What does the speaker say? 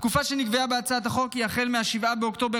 התקופה שנקבעה בהצעת החוק היא החל מ-7 באוקטובר